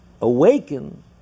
awaken